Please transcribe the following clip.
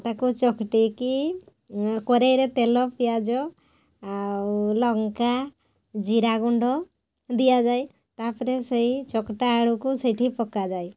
ତାକୁ ଚକଟିକି କଡ଼ାଇରେ ତେଲ ପିଆଜ ଆଉ ଲଙ୍କା ଜିରା ଗୁଣ୍ଡ ଦିଆଯାଏ ତା'ପରେ ସେଇ ଚକଟା ଆଳୁକୁ ସେଇଠି ପକାଯାଏ